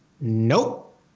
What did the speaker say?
Nope